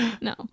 No